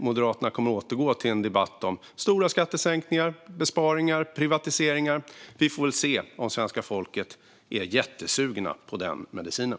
Moderaterna kommer att återgå till en debatt om stora skattesänkningar, besparingar och privatiseringar. Vi får väl se om svenska folket är jättesugna på den medicinen.